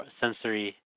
sensory